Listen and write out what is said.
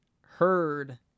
heard